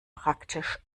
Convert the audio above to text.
praktisch